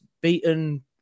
beaten